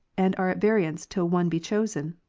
and are at variance till one be chosen,